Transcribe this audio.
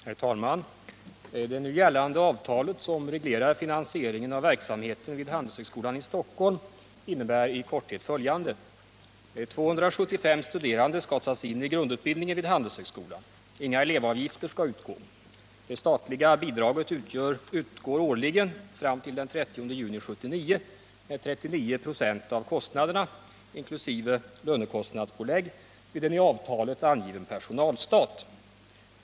Herr talman! Det nu gällande avtalet som reglerar finansieringen av verksamheten vid Handelshögskolan i Stockholm innebär i korthet följande. 275 studerande skall tas in i grundutbildningen vid Handelshögskolan. Inga elevavgifter skall utgå. Det statliga bidraget utgår årligen fram till den 30 juni 1979 med 39 96 av kostnaderna — inkl. lönekostnadspålägg — vid en i avtalet angiven personalstat.